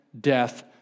death